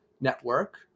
network